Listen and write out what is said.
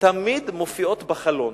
תמיד מופיעות בחלון,